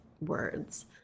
words